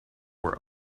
were